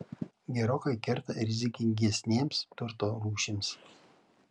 gerokai kerta rizikingesnėms turto rūšims